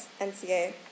NCA